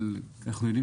אנחנו יודעים